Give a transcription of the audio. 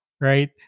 right